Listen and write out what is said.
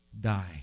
die